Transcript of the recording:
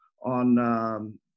on